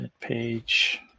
page